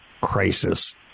crisis